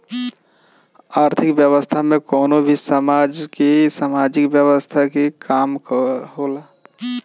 आर्थिक व्यवस्था में कवनो भी समाज के सामाजिक व्यवस्था के काम होला